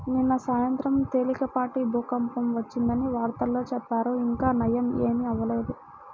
నిన్న సాయంత్రం తేలికపాటి భూకంపం వచ్చిందని వార్తల్లో చెప్పారు, ఇంకా నయ్యం ఏమీ అవ్వలేదు